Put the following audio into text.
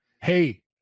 hey